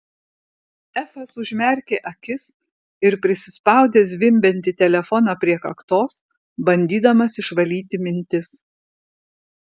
efas užmerkė akis ir prisispaudė zvimbiantį telefoną prie kaktos bandydamas išvalyti mintis